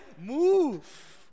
move